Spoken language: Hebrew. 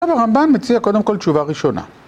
שלום